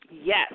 Yes